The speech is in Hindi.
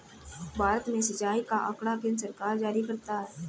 भारत में सिंचाई का आँकड़ा केन्द्र सरकार जारी करती है